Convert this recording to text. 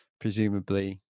presumably